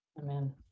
Amen